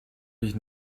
ich